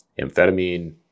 amphetamine